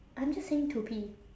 I'm just saying to pee